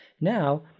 Now